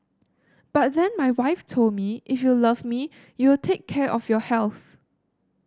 but then my wife told me if you love me you will take care of your health